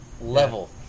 level